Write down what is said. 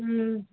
ਹਮ